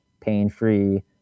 pain-free